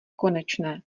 konečné